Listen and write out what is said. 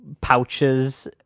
pouches